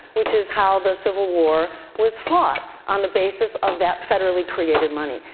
which is how the civil war was fought on the basis of that federally created money.